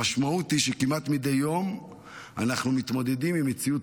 המשמעות היא שכמעט מדי יום אנחנו מתמודדים עם מציאות